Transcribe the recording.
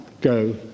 go